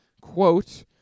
quote